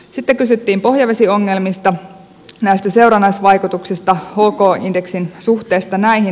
sitten kysyttiin pohjavesiongelmista näistä seurannaisvaikutuksista hk indeksin suhteesta näihin